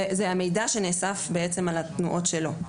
זה המידע שנאסף בעצם על התנועות שלו.